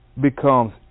becomes